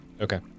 Okay